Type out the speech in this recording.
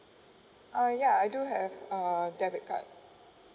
uh ya I do have a debit card